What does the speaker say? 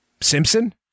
Simpson